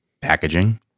packaging